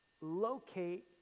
locate